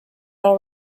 all